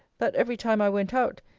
that every time i went out,